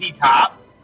Top